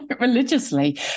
religiously